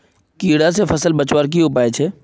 कीड़ा से फसल बचवार की उपाय छे?